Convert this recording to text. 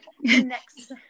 Next